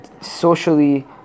socially